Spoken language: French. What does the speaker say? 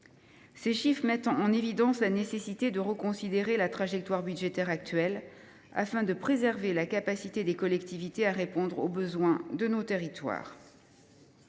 Ces chiffres mettent en évidence la nécessité de reconsidérer la trajectoire budgétaire actuelle, afin de préserver la capacité des collectivités à répondre aux besoins de leurs territoires.